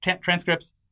transcripts